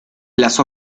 las